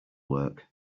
work